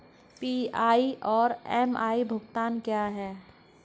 PI और MI भुगतान क्या हैं?